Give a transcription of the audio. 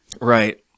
Right